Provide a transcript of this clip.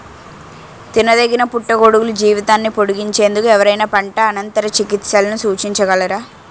తినదగిన పుట్టగొడుగుల జీవితాన్ని పొడిగించేందుకు ఎవరైనా పంట అనంతర చికిత్సలను సూచించగలరా?